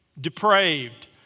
depraved